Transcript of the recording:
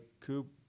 Coop